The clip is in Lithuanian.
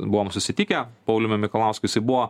buvom susitikę pauliumi mikalausku jisai buvo